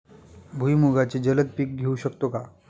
भुईमुगाचे जलद पीक घेऊ शकतो का?